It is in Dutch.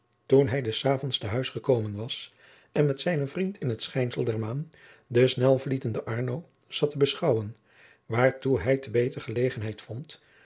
toen hij des avonds te huis gekomen was en met zijnen vriend in het schijnsel der maan de snelvlietende arno zat te beschouadriaan loosjes pzn het leven van maurits lijnslager wen waartoe hij te beter gelegenheid vond